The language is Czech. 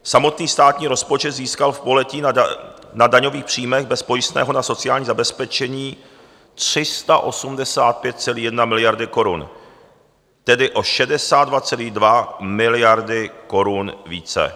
Samotný státní rozpočet získal v pololetí na daňových příjmech bez pojistného na sociální zabezpečení 385,1 miliardy korun, tedy o 62,2 miliardy korun více.